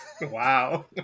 Wow